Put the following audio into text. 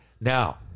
Now